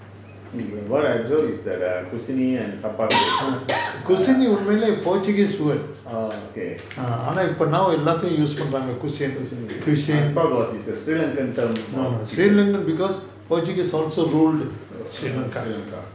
குசினி உண்மையிலே ஒரு:kusini unmaiyalae oru portuguese word ஆனா இப்போ எல்லாத்துலயும்:aanna ippo elaathulayum use பண்றங்க:pandraanga sri lankan because portugese also ruled sri lanka